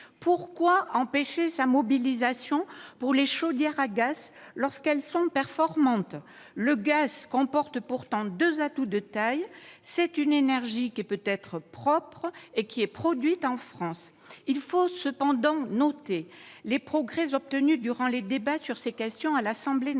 Pourquoi empêcher sa mobilisation pour les chaudières à gaz lorsqu'elles sont performantes ? Le gaz présente pourtant deux atouts de taille : cette énergie peut être propre et est produite en France. Il faut cependant noter les progrès obtenus durant les débats sur ces questions à l'Assemblée nationale.